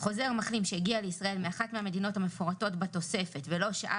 חוזר מחלים שהגיע לישראל מאחת המדינות המפורטות בתוספת ולא שהה